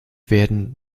werden